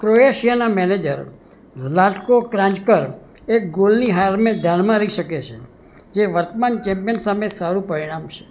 ક્રોએશિયાના manager Zlatko Kranjcar એક ગોલની હારને ધ્યાનમાં લઈ શકે છે જે વર્તમાન ચેમ્પિયન સામે સારું પરિણામ છે